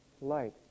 Light